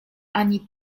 ani